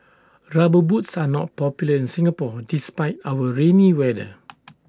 rubber boots are not popular in Singapore despite our rainy weather